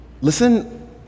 listen